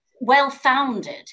well-founded